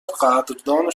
قدردان